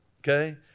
Okay